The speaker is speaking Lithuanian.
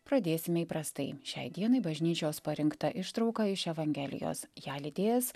pradėsime įprastai šiai dienai bažnyčios parinkta ištrauka iš evangelijos ją lydės